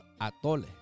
Atole